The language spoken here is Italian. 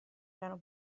erano